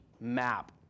map